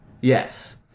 Yes